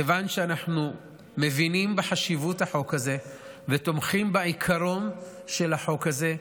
כיוון שאנחנו מבינים את חשיבות החוק הזה ותומכים בעיקרון של החוק הזה,